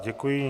Děkuji.